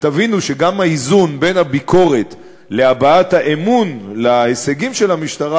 שתבינו שגם האיזון בין הביקורת להבעת האמון בהישגים של המשטרה,